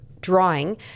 drawing